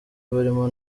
barimo